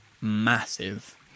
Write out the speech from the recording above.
massive